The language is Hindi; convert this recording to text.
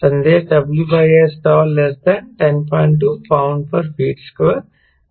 संदेश WSstall ≤102 1bft2 है